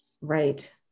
right